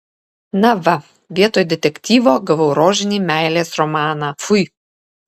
na va vietoj detektyvo gavau rožinį meilės romaną fui